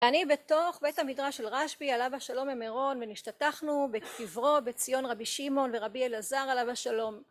אני בתוך בית המדרש של רשב״י עליו השלום במירון ונשתתחנו בקברו בציון רבי שמעון ורבי אלעזר עליו השלום